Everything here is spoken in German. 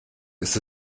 ist